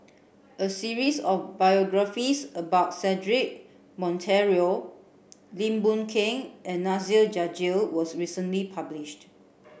a series of biographies about Cedric Monteiro Lim Boon Keng and Nasir Jalil was recently published